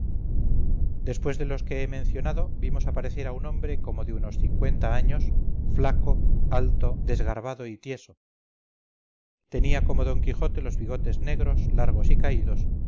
después de los que he mencionado vimos aparecer a un hombre como de unos cincuenta años flaco alto desgarbado y tieso tenía como d quijote los bigotes negros largos y caídos